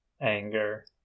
anger